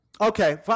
Okay